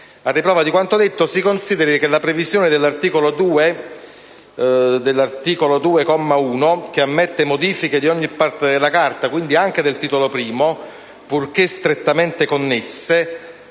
A riprova di quanto evidenziato, si consideri che la previsione dell'articolo 2, comma 1, che ammette modifiche di ogni parte della Carta (e quindi anche del Titolo I) purché strettamente connesse,